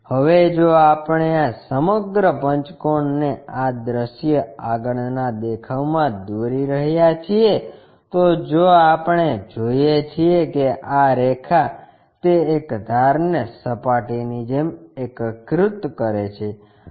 હવે જો આપણે આ સમગ્ર પંચકોણને આ દૃશ્ય આગળના દેખાવમાં દોરી રહ્યા છીએ તો જો આપણે જોઈએ છીએ કે આ રેખા તે એક ધારને સપાટીની જેમ એકીકૃત કરે છે